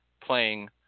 playing